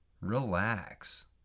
relax